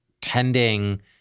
tending